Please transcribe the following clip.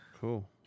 Cool